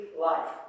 life